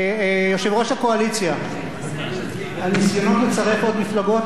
הניסיונות לצרף עוד מפלגות לא צריכים להיערך במליאת הכנסת.